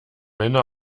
männer